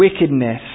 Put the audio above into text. wickedness